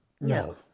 No